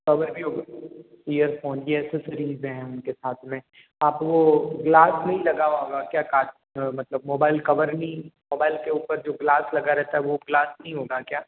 cover भी होगा earphone की एस्सेसरीज है उनके साथ में आप वो ग्लास नहीं लगा हुआ होगा क्या काँच मतलब मोबाइल कवर नहीं मोबाइल के ऊपर जो ग्लास लगा रहता है वो ग्लास नहीं होगा क्या